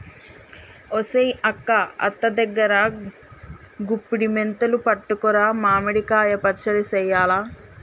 ఒసెయ్ అక్క అత్త దగ్గరా గుప్పుడి మెంతులు పట్టుకురా మామిడి కాయ పచ్చడి సెయ్యాల